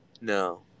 No